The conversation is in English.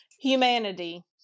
humanity